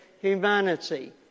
humanity